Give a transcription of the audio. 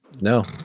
No